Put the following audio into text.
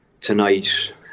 tonight